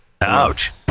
Ouch